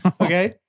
Okay